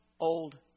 old